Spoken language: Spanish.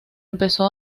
empezó